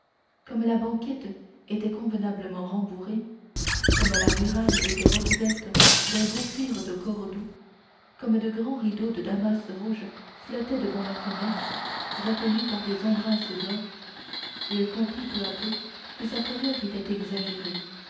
comme la banquette était convenablement rembourrée comme la muraille était recouverte d'un beau cuir de cordoue comme de grands rideaux de damas rouge flottaient devant la fenêtre retenus par des embrasses d'or il comprit peu à peu que sa frayeur était exagérée